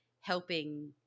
helping